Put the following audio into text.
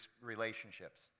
relationships